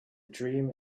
dream